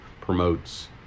promotes